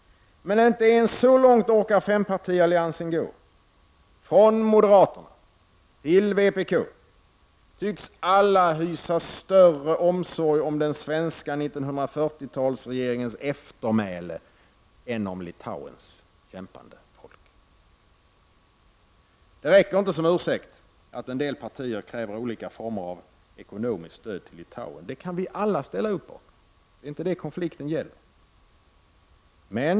Men inte ens så långt orkar fempartialliansen gå! Från moderaterna till vpk tycks alla hysa större omsorg om den svenska 1940-talsregeringens eftermäle än om Litauens kämpande folk. Det räcker inte som ursäkt att en del partier kräver olika former av ekonomiskt stöd till Litauen — det kan vi alla ställa oss bakom. Det är inte det konflikten gäller.